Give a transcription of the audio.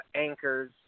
anchors